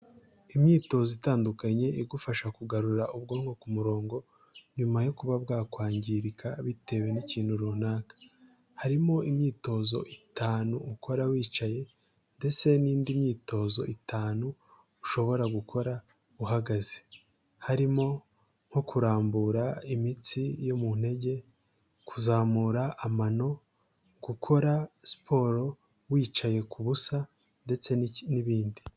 Imyitozo itandukanye igufasha kugarura ubwonko ku murongo, nyuma yo kuba bwakwangirika bitewe n'ikintu runaka, harimo imyitozo itanu ukora wicaye, ndetse n'indi myitozo itanu ushobora gukora uhagaze, harimo nko kurambura imitsi yo mu ntege, kuzamura amano, gukora siporo wicaye ku busa, ndetse n'ibindi.